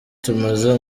tumaze